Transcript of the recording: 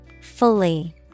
Fully